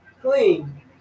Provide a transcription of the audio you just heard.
clean